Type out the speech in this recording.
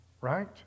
Right